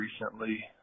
recently